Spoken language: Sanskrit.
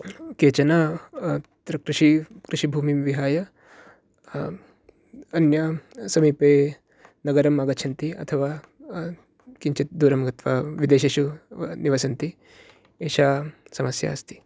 केचन अत्र कृषि कृषिभूमिं विहाय अन्यां समीपे नगरम् आगच्छन्ति अथवा किञ्चित् दूरं गत्वा विदेशेषु निवसन्ति एषा समस्या अस्ति